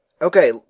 Okay